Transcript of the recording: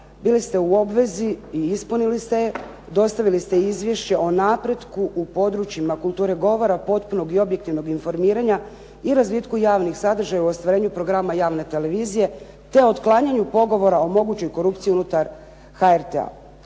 Bili ste u obvezi i ispunili ste je, dostavili ste izvješće o napretku u područjima kulture govora, potpunog i objektivnog informiranja i razvitku javnih sadržaja u ostvarenju programa javne televizije te otklanjanju pogovora o mogućoj korupciji unutar HRT-a.